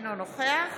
אינו נוכח